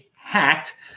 hacked